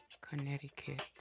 Connecticut